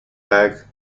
back